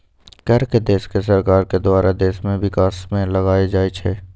कर के देश के सरकार के द्वारा देश के विकास में लगाएल जाइ छइ